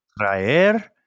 traer